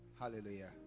Hallelujah